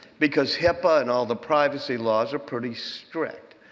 because hipaa and all the privacy laws are pretty strict.